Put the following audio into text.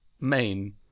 main